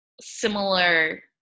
similar